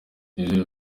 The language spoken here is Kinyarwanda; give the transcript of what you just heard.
nizere